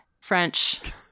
French